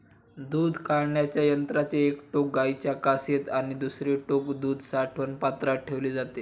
दूध काढण्याच्या यंत्राचे एक टोक गाईच्या कासेत आणि दुसरे टोक दूध साठवण पात्रात ठेवले जाते